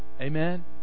Amen